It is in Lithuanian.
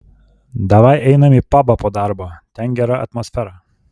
davai einam į pabą po darbo ten gera atmosfera